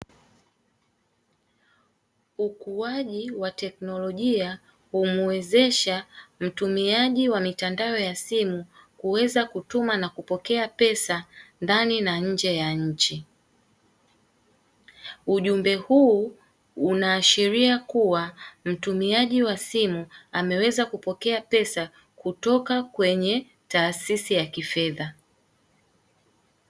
Ukuaji wa teknolojia humwezesha mtumiaji wa mitandao ya simu kuweza na kutuma na kupokea pesa ndani na nje ya nchi, ujumbe huu unaashiria kuwa mtumiaji wa simu ameweza kupokea pesa kutoka kwenye tasisi ya kifedha.